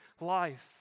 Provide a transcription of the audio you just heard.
life